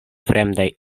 fremdaj